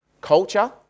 Culture